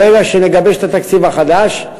ברגע שנגבש את התקציב החדש,